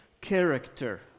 character